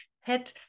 head